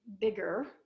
bigger